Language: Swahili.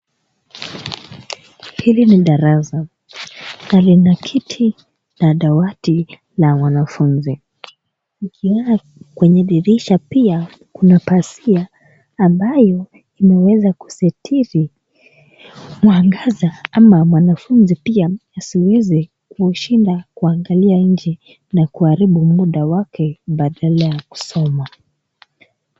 Hili ni darasa na lina kiti na dawati la mwanafunzi kwenye ,dirisha pia kuna pazia ambayo imeweza kusitiri mwangaza ama mwanafunzi pia asiweze kushinda akiangalia inje na kuaribu muda wake badala ya kusoma.